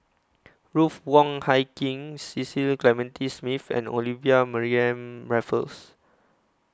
Ruth Wong Hie King Cecil Clementi Smith and Olivia Mariamne Raffles